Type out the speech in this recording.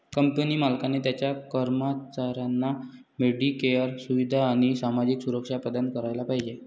company मालकाने त्याच्या कर्मचाऱ्यांना मेडिकेअर सुविधा आणि सामाजिक सुरक्षा प्रदान करायला पाहिजे